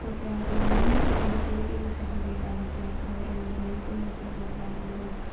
ಮತ್ತೆ ಅದು ಮುಂದಿನ ಒಂದು ಪಿಳಿಗೆಗು ಸಹ ಬೇಕಾಗುತ್ತೆ ಅದರ ಒಂದು ನೈಪುಣ್ಯತೆ ಮತ್ತು ಆ ಒಂದು